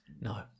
No